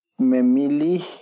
memili